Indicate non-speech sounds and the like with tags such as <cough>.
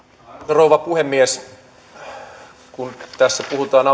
rouva puhemies kun nyt tässä puhutaan <unintelligible>